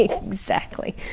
exactly.